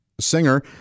singer